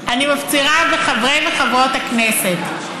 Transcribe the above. אני מפצירה בחברי וחברות הכנסת: